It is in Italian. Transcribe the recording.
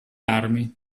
armi